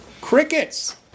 Crickets